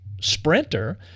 sprinter